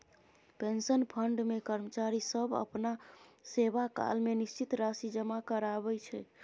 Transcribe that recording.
pension fund मे कर्मचारी सब अपना सेवाकाल मे निश्चित राशि जमा कराबै छै